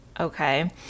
Okay